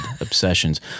obsessions